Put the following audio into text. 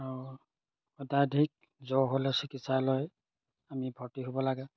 আৰু অত্যাধিক জ্বৰ হ'লে চিকিৎসালয়ত আমি ভৰ্তি হ'ব লাগে